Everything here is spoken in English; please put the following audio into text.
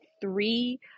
three